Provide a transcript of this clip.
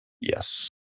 Yes